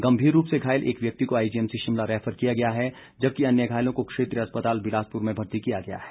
गंभीर रूप से घायल एक व्यक्ति को आईजीएमसी शिमला रैफर किया गया है जबकि अन्य घायलों को क्षेत्रीय अस्पताल बिलासपुर में भर्ती किया गया है